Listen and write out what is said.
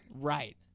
right